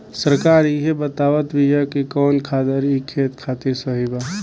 सरकार इहे बतावत बिआ कि कवन खादर ई खेत खातिर सही बा